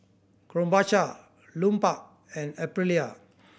Krombacher Lupark and Aprilia